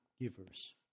givers